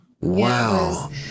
Wow